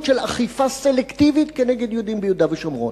של אכיפה סלקטיבית כנגד יהודים ביהודה ושומרון.